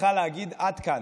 צריכה להגיד עליהם: עד כאן.